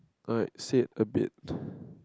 alright said a bit